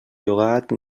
llogat